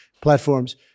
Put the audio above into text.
platforms